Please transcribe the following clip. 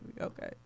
okay